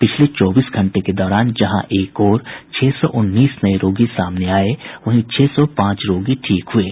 पिछले चौबीस घंटे के दौरान जहां एक ओर छह सौ उन्नीस नए रोगी सामने आए वहीं छह सौ पांच रोगी ठीक हुये